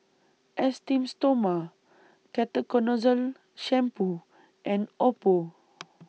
Esteem Stoma Ketoconazole Shampoo and Oppo